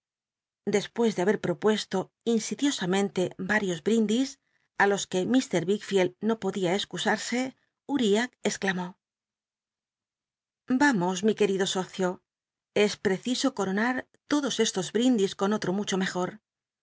despues de habct propuesto insidiosamente varios brindis ti los que mr wickfield no podía excus wse uriah exclamó vamos mi qucrido socio es preciso coronar lodos estos brindis con oh'o mncho mejor